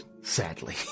sadly